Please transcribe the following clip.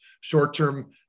short-term